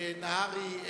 נהרי,